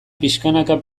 pixkanaka